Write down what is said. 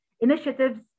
initiatives